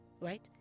right